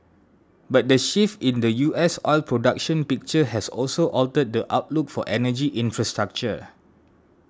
but the shift in the U S oil production picture has also altered the outlook for energy infrastructure